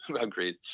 agreed